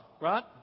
right